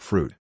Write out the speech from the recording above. Fruit